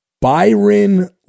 Byron